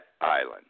island